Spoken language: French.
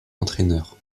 entraîneur